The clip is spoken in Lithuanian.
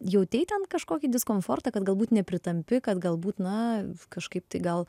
jautei ten kažkokį diskomfortą kad galbūt nepritampi kad galbūt na kažkaip tai gal